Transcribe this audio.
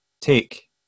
Take